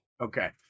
Okay